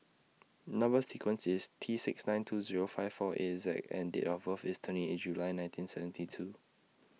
Number sequence IS T six nine two Zero five four eight Z and Date of birth IS twenty eight July nineteen seventy two